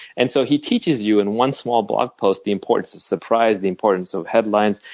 and so he teaches you in one, small blog post the importance of surprise, the importance of headlines,